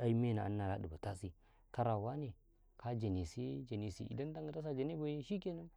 ai mena'yan nala ɗibatasi kara wane ka jane siye janisi indankaw dasa jane baiye shikenan.